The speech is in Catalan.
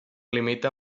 limita